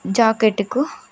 జాకెట్కు